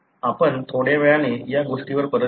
आपण थोड्या वेळाने या गोष्टीवर परत येऊ